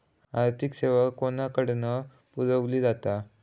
आर्थिक सेवा कोणाकडन पुरविली जाता?